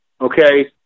okay